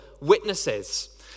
witnesses